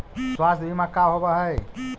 स्वास्थ्य बीमा का होव हइ?